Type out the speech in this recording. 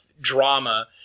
drama